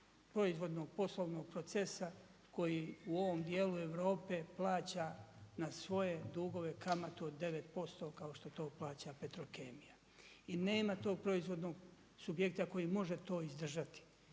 proizvodnog poslovnog procesa koji u ovom djelu Europe plaća na svoje dugove kamatu od 9% kao što to plaća Petrokemija. I nema tog proizvodnog subjekta koji može to izdržati.